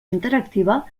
interactiva